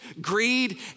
greed